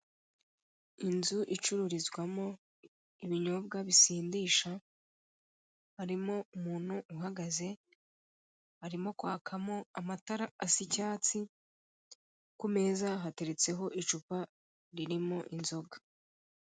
Inzu icururizwamo binyobwa bisindisha harimo umuntu uhagaze harimo kwakamo amatara asa icyatsi ku meza hataretseho icupa ririmo inzoga.